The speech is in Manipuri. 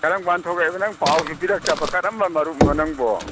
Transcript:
ꯀꯔꯝ ꯀꯥꯟꯗ ꯊꯣꯛꯂꯛꯑꯦꯕ ꯅꯪ ꯄꯥꯎꯁꯨ ꯄꯤꯔꯛꯇꯕ ꯀꯔꯝꯕ ꯃꯔꯨꯞꯅꯣ ꯅꯪꯕꯣ